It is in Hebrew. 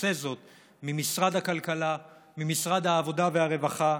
נעשה זאת ממשרד הכלכלה, ממשרד העבודה והרווחה,